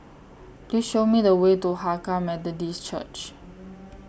Please Show Me The Way to Hakka Methodist Church